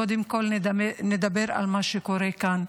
קודם כול נדבר על מה שקורה כאן.